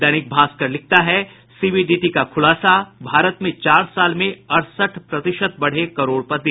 दैनिक भास्कर लिखता है सीबीडीटी का खुलासा भारत में चार साल में अड़सठ प्रतिशत बढ़े करोड़पति